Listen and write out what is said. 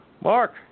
Mark